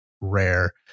rare